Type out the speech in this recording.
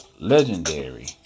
Legendary